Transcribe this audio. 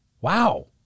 Wow